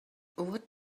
what